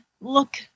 look